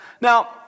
Now